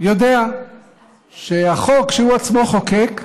יודע שהחוק שהוא עצמו חוקק מגדיר,